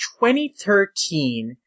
2013